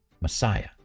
Messiah